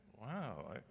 wow